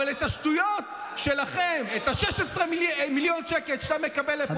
הצעת החוק הממשלתית שהונחה בפני הוועדה מבקשת להסדיר את